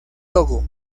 togo